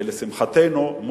ולשמחתנו,